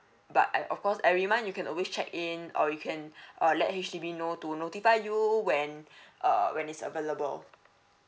but of course every month you can always check in or you can uh let H_D_B know to notify you when uh when is available